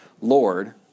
Lord